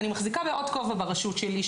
אני מחזיקה בעוד כובע ברשות שלי,